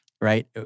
right